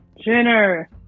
Jenner